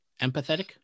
Empathetic